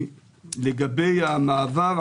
לגבי המעבר,